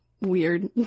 Weird